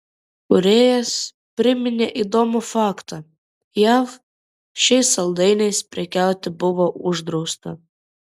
kūrėjas priminė įdomų faktą jav šiais saldainiais prekiauti buvo uždrausta